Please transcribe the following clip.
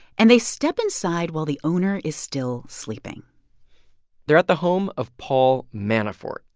and they step inside while the owner is still sleeping they're at the home of paul manafort,